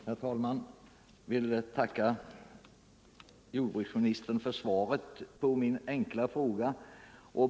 Herr talman! Jag vill tacka jordbruksministern för svaret på min enkla fråga.